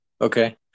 okay